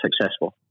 successful